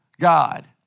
God